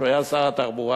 כשהוא היה שר התחבורה,